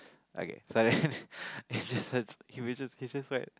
okay so I guess he would just he's just like